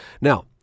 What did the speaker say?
Now